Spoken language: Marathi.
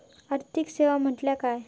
आर्थिक सेवा म्हटल्या काय?